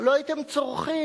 הלוא הייתם צורחים